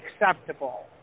acceptable